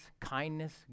kindness